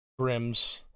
Grims